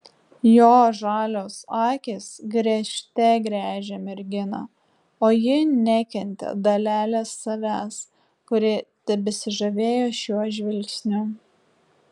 jo žalios akys gręžte gręžė merginą o ji nekentė dalelės savęs kuri tebesižavėjo šiuo žvilgsniu